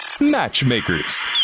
Matchmakers